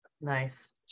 nice